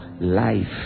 life